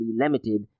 Limited